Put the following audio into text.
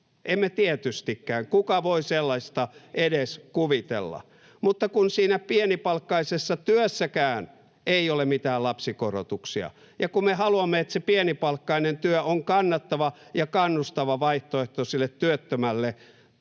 Emme tietystikään. Kuka voi sellaista edes kuvitella? Mutta kun siinä pienipalkkaisessa työssäkään ei ole mitään lapsikorotuksia ja kun me haluamme, että se pienipalkkainen työ on kannattava ja kannustava vaihtoehto työttömälle